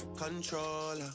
controller